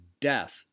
death